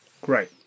Great